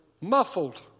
muffled